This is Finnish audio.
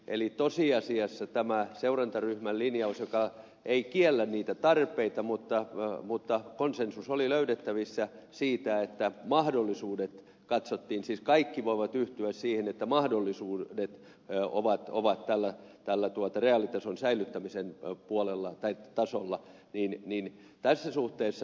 eli tosiasiassa tämän seurantaryhmän linjauksen osalta joka ei kiellä niitä tarpeita konsensus oli löydettävissä niistä mahdollisuuksista siis kaikki voivat yhtyä siihen että on mahdollisuudet tekoja ovat ovat täällä täällä tuota reaalitason säilyttämisen puolella tai tasolla ei nyt niin säilyttää reaalitaso